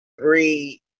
Three